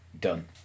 done